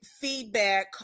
feedback